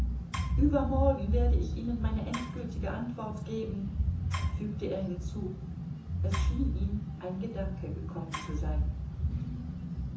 übermorgen werde ich ihnen meine endgültige antwort geben fügte er hinzu es schien ihm ein gedanke gekommen zu sein